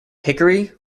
hickory